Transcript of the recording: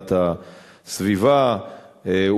והגנת הסביבה,